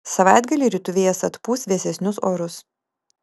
savaitgalį rytų vėjas atpūs vėsesnius orus